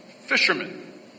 Fishermen